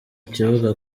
kibuga